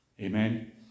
amen